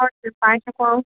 হয় পাই